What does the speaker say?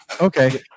okay